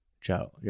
Joe